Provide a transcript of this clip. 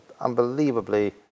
unbelievably